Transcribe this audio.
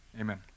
Amen